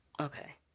Okay